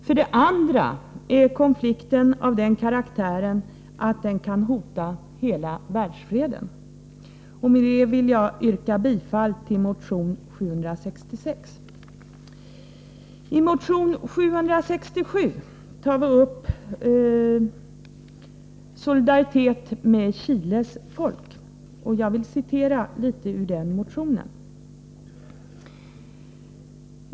För det andra är konflikten av den karaktären att den kan hota hela världsfreden. Med detta vill jag yrka bifall till motion 766. I motionen 767 tar vi upp solidaritet med Chiles folk. Jag vill citera litet ur motionen.